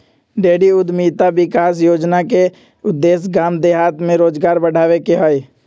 dairy उद्यमिता विकास योजना के उद्देश्य गाम देहात में रोजगार बढ़ाबे के हइ